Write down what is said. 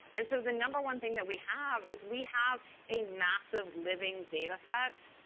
and so the number one thing that we have is we have a massive living dataset,